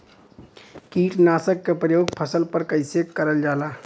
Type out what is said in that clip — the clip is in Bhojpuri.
कीटनाशक क प्रयोग फसल पर कइसे करल जाला?